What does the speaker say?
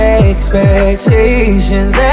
expectations